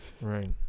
Right